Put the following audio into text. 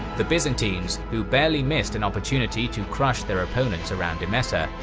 the byzantines, who barely missed an opportunity to crush their opponent around emesa,